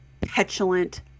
petulant